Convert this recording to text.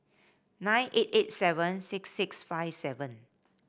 nine eight eight seven six six five seven